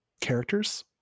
characters